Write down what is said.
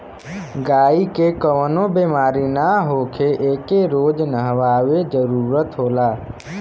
गायी के कवनो बेमारी ना होखे एके रोज नहवावे जरुरत होला